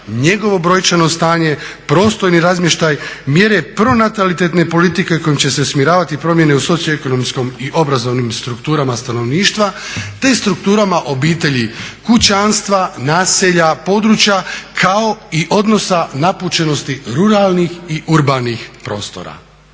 njegovo brojčano stanje, prostorni razmještaj, mjere pronatalitetne politike kojim će se usmjeravati promjene u socioekonomskom i obrazovnim strukturama stanovništva te strukturama obitelji kućanstva, naselja, područja kao i odnosa napučenosti ruralnih i urbanih prostora.